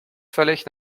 völlig